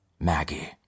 Maggie